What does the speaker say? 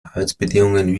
arbeitsbedingungen